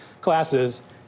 classes